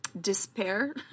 despair